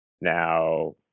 Now